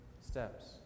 steps